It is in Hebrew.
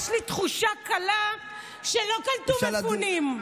יש לי תחושה קלה שלא קלטו מפונים,